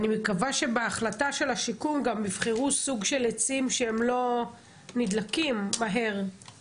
אני מקווה שבהחלטה של השיקום גם יבחרו סוג של עצי שהם לא נדלקים מהר,